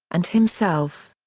and himself.